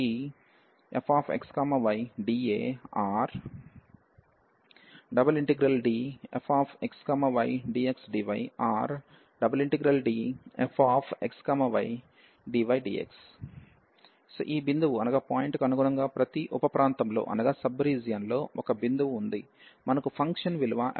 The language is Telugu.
∬DfxydA OR∬DfxydxdyOR∬Dfxydydx ఈ బిందువు కు అనుగుణంగా ప్రతి ఉపప్రాంతంలో ఒక బిందువు ఉంది మనకు ఫంక్షన్ విలువ fxj yjఉంది